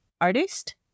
artist